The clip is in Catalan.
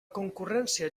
concurrència